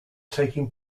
taking